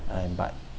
and but